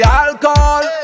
alcohol